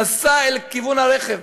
נסע בכיוון הרכב,